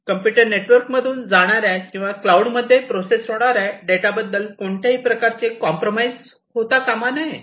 computer network मधून जाणार्या किंवा क्लाऊडमध्ये प्रोसेस होणाऱ्या डेटा बद्दल कोणत्याही प्रकारचे कॉम्प्रमाईज होता कामा नये